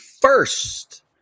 first